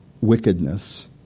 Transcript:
wickedness